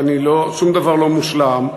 שום דבר לא מושלם,